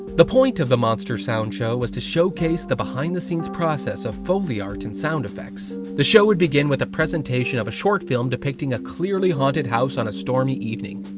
the point of the monster sound show was to showcase the behind the scenes process of foley art and sound effects. the show would begin with a presenation of a short film depicting a clearly haunted house on a stormy evening.